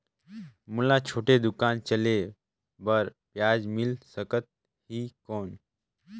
मोला छोटे दुकान चले बर ब्याज मिल सकत ही कौन?